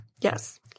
Yes